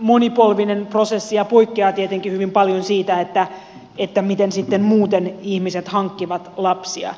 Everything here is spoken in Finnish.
monipolvinen prosessi ja poikkeaa tietenkin hyvin paljon siitä miten muuten ihmiset hankkivat lapsia